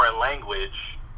language